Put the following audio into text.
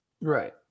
Right